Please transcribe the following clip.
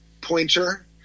pointer